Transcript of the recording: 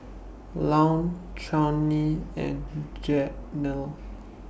Louann Chaney and Janell